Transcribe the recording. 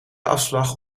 afslag